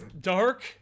Dark